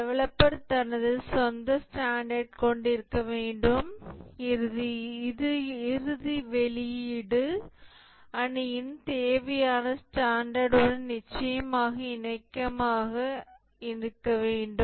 developer தனது சொந்த standard கொண்டிருக்க வேண்டும் இது இறுதி வெளியீடு அணியின் தேவையான ஸ்டாண்டர்ட் உடன் நிச்சயமாக இணக்கமாக இருக்க வேண்டும்